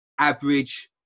average